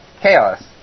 Chaos